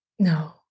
no